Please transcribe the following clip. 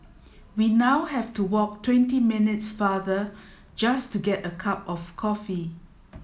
we now have to walk twenty minutes farther just to get a cup of coffee